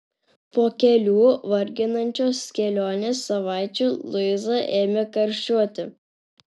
po kelių varginančios kelionės savaičių luiza ėmė karščiuoti